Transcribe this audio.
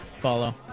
follow